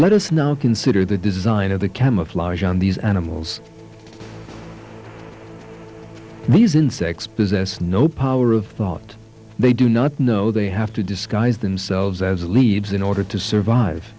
let us now consider the design of the camouflage on these animals these insects possess no power of thought they do not know they have to disguise themselves as leaves in order to survive